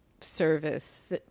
service